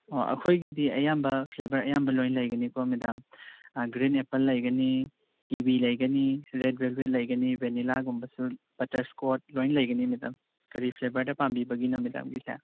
ꯑꯣ ꯑꯩꯈꯣꯏꯒꯤꯗꯤ ꯑꯌꯥꯝꯕ ꯐ꯭ꯂꯦꯕꯔ ꯑꯌꯥꯝꯕ ꯂꯣꯏ ꯂꯩꯒꯅꯤꯀꯣ ꯃꯦꯗꯥꯝ ꯒ꯭ꯔꯤ ꯑꯦꯄꯜ ꯂꯩꯒꯅꯤ ꯀꯤꯋꯤ ꯂꯩꯒꯅꯤ ꯔꯦꯗ ꯕꯦꯜꯕꯦꯠ ꯂꯩꯒꯅꯤ ꯕꯦꯅꯤꯜꯂꯥꯒꯨꯝꯕꯁꯨ ꯕꯇꯔ ꯏꯁꯀꯣꯠ ꯂꯣꯏ ꯂꯩꯒꯅꯤ ꯃꯦꯗꯥꯝ ꯀꯔꯤ ꯐ꯭ꯂꯦꯕꯔꯗ ꯄꯥꯝꯕꯤꯕꯒꯤꯅꯣ ꯃꯦꯗꯥꯝꯒꯤꯁꯦ